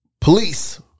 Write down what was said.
Police